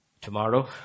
Tomorrow